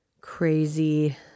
Crazy